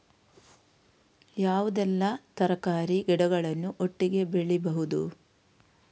ಯಾವುದೆಲ್ಲ ತರಕಾರಿ ಗಿಡಗಳನ್ನು ಒಟ್ಟಿಗೆ ಬೆಳಿಬಹುದು?